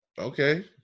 Okay